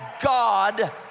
god